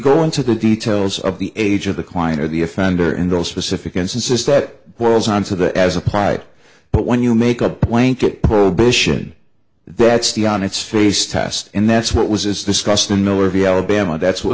go into the details of the age of the client or the offender in those specific instances that goes on so that as upright but when you make a blanket prohibition that's the on its face test and that's what was is discussed in miller v alabama that's what